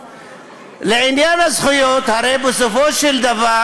לעניין הזכויות, הרי בסופו של דבר